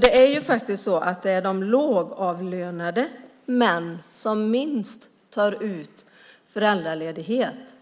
Det är faktiskt de lågavlönade männen som tar ut minst föräldraledighet,